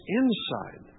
inside